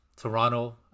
Toronto